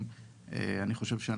אני רוצה להגיד כמה מילים.